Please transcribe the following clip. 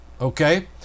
Okay